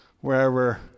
wherever